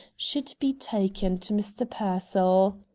should be taken to mr. pearsall.